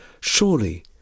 Surely